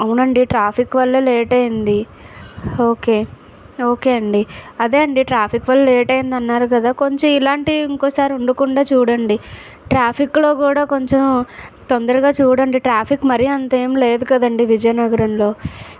అవునండి ట్రాఫిక్ వల్ల లేట్ అయింది ఓకే ఓకే అండి అదే అండి ట్రాఫిక్ వల్ల లేట్ అయింది అన్నారు కదా కొంచెం ఇలాంటి ఇంకోసారి ఉండకుండా చూడండి ట్రాఫిక్లో కూడా కొంచెం తొందరగా చూడండి ట్రాఫిక్ మరీ అంత ఏమి లేదు కదండి విజయనగరంలో